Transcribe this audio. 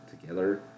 together